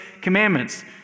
commandments